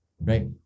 right